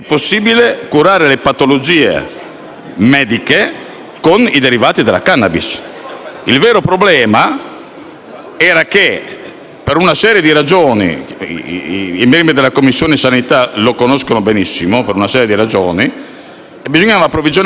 mediche con i derivati della *cannabis*. Il vero problema era che, per una serie di ragioni (che i membri della Commissione sanità conoscono benissimo), bisognava approvvigionarsi all'estero perché in Italia non c'era produzione.